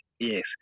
Yes